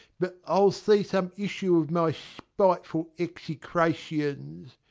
but i'll see some issue of my spiteful execrations.